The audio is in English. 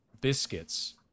biscuits